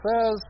says